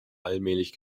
allmählich